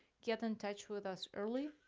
get in touch with us early,